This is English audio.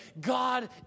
god